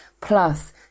plus